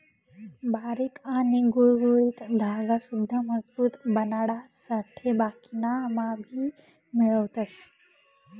बारीक आणि गुळगुळीत धागा सुद्धा मजबूत बनाडासाठे बाकिना मा भी मिळवतस